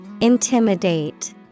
Intimidate